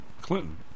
Clinton